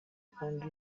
kandi